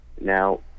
Now